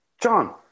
John